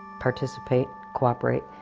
participate, cooperate,